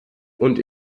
und